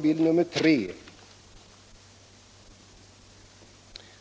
Bild 3